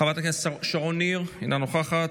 חברת הכנסת שרון ניר, אינה נוכחת,